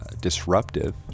disruptive